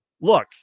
Look